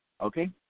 okay